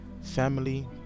family